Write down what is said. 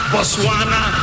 Botswana